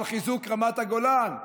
על חיזוק רמת הגולן,